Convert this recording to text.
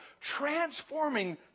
Transforming